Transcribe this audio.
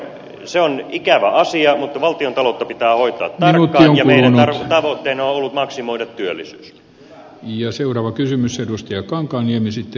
se on ikävä asia mutta valtiontaloutta pitää hoitaa tarkkaan ja meidän tavoitteenamme on ollut maksimoida työllisyys ja seuraava kysymys edustaja kankaanniemi syytti